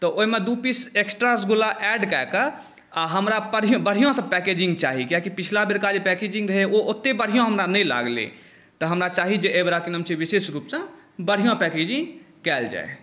तऽ ओहिमे दू पीस एक्स्ट्रा रसगुल्ला ऐड कए कऽ आ हमरा बढिऑंसँ पैकेजिंग चाही किएकि पिछला बेरके जे पैकेजिंग रहै ओ ओतय बढ़िऑं हमरा नहि लागलै तऽ हमरा चाही जे एहिबेरा कनि विशेष रूपसे बढ़िऑं पैकेजिंग कायल जाय